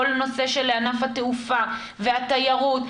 כל נושא ענף התעופה והתיירות,